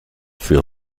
für